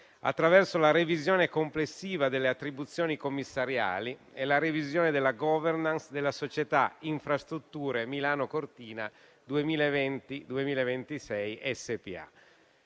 attraverso la revisione complessiva delle attribuzioni commissariali e della *governance* della società Infrastrutture Milano-Cortina 2020-2026 SpA,